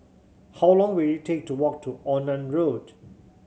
how long will it take to walk to Onan Road